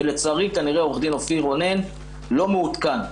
לצערי, כנראה עו"ד אופיר רונן, לא מעודכן.